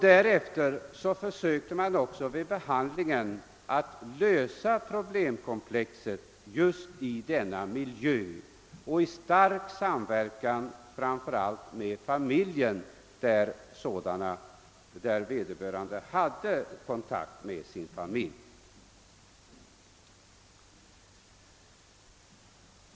Därefter sökte man också vid behandlingen att lösa problemkomplexet just i denna miljö och i intim samverkan framför allt med familjen i sådana fall där vederbörande hade kontakt med sin familj.